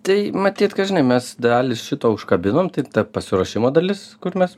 tai matyt kad žinai mes dalį šito užkabinom tai ta pasiruošimo dalis kur mes